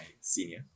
senior